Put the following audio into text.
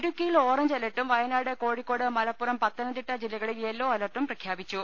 ഇടുക്കിയിൽ ഓറഞ്ച് അലർട്ടും വയനാട് കോഴിക്കോട് മലപ്പുറം പത്തനംതിട്ട ജില്ലകളിൽ യെല്ലോ അലർട്ടും പ്രഖ്യാപിച്ചു